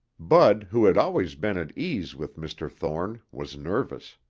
bud, who had always been at ease with mr. thorne, was nervous.